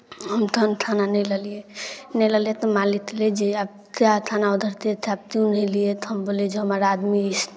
हम तहन थाना नहि लेलियै नहि लेलियै तऽ मालिततेँ तहलियै जे आप त्या थाना ऑर्डर दिए थे त्यूँ नही लिए तऽ हम बोललियै जे हमारा आदमी